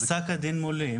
פסק הדין מולי.